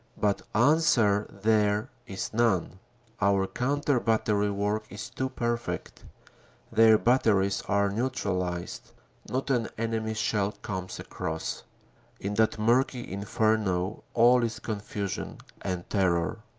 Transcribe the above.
but answer there is none our counter-battery work is too perfect their batteries are neutralized not an enemy shell comes across in that murky inferno all is confusion and terror.